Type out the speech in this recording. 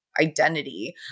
identity